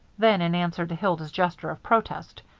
then, in answer to hilda's gesture of protest,